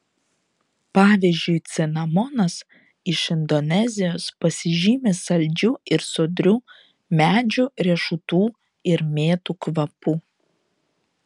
pavyzdžiui cinamonas iš indonezijos pasižymi saldžiu ir sodriu medžių riešutų ir mėtų kvapu